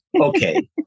okay